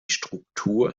struktur